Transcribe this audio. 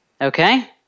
Okay